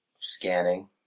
scanning